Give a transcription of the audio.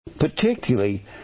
Particularly